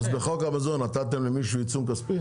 אז בחוק המזון נתתם למישהו עיצום כספי?